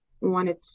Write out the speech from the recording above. wanted